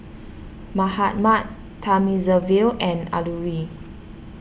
Mahatma Thamizhavel and Alluri